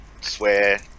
swear